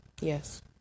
Yes